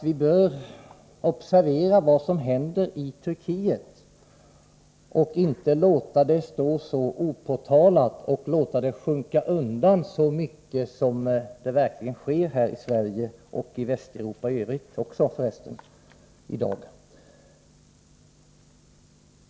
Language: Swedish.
Vi bör observera vad som händer i Turkiet och inte låta det vara så opåtalat och låta det sjunka undan så mycket som sker här i Sverige och i Västeuropa i övrigt.